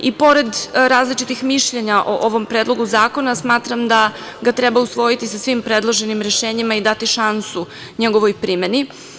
I pored različitih mišljenja o ovom Predlogu zakona smatram da ga treba usvojiti sa svim predloženim rešenjima i dati šansu njegovoj primeni.